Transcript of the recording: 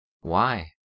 Why